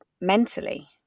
mentally